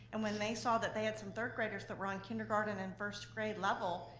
and when they saw that they had some third graders that were on kindergarten and first grade level,